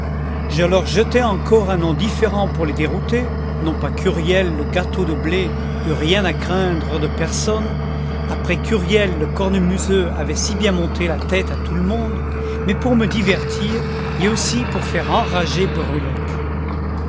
je leur jetai encore un nom différent pour les dérouter non pas qu'huriel le gâteux de blés eût rien à craindre de personne après qu'huriel le cornemuseux avait si bien monté la tête à tout le monde mais pour me divertir et aussi pour faire enrager